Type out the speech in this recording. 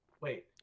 wait